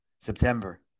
September